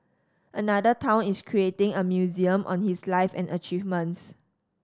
another town is creating a museum on his life and achievements